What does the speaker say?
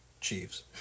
Chiefs